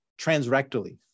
transrectally